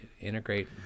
integrate